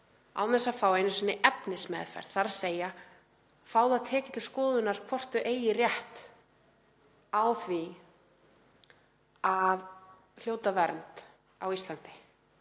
án þess að fá einu sinni efnismeðferð, þ.e. fá það tekið til skoðunar hvort þau eigi rétt á því að hljóta vernd á Íslandi.